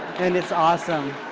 and it's awesome.